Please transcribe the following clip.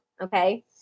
okay